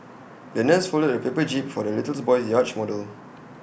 the nurse folded A paper jib for the little boy's yacht model